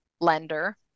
lender